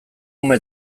ume